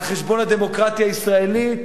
על חשבון הדמוקרטיה הישראלית.